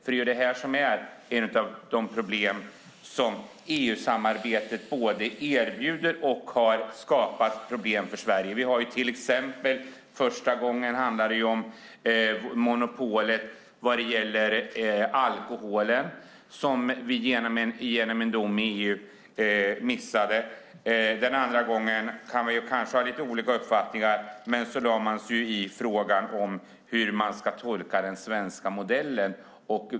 Det här är ett av de områden där EU-samarbetet både erbjuder möjligheter och har skapat problem för Sverige. Första gången handlade det om alkoholmonopolet som vi genom en dom i EU missade. Den andra gången - där kan vi kanske ha lite olika uppfattningar - lade man sig i frågan hur vi ska tolka den svenska modellen.